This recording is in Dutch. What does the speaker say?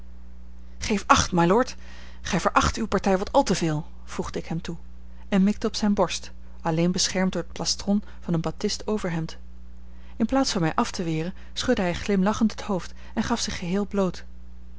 geef acht mylord gij veracht uw partij wat al te veel voegde ik hem toe en mikte op zijn borst alleen beschermd door het plastron van een batist overhemd in plaats van mij af te weren schudde hij glimlachend het hoofd en gaf zich geheel bloot